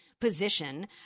Position